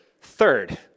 Third